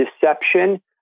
deception